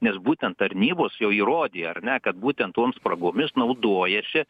nes būtent tarnybos jau įrodė ar ne kad būtent tom spragomis naudojasi